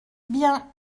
bien